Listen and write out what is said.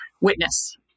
witness